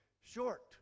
short